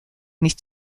nicht